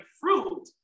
fruit